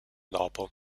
dopo